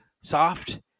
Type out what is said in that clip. soft